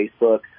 Facebook